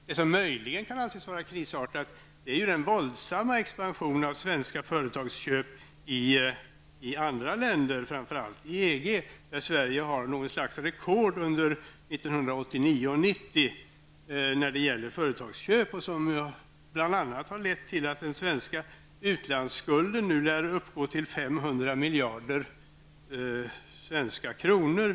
Det som möjligen kan anses vara krisartat är den våldsamma expansionen av svenska företagsköp i andra länder, framför allt i EG, där Sverige har något slags rekord under 1989 och 1990. Det har bl.a. lett till att den svenska utlandsskulden nu lär uppgå till 500 miljarder svenska kronor.